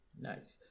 Nice